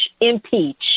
impeach